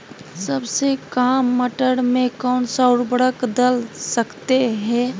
सबसे काम मटर में कौन सा ऊर्वरक दल सकते हैं?